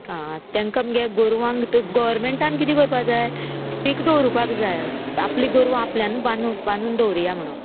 आं तांकां मगे गोरवांक गोरमेंटान किदें करपा जाय स्टीक दवरुपाक जाय आपली गोरवां आपल्यानू बांदून बांदून दवरिया म्हणून